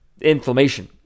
inflammation